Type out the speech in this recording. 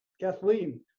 Kathleen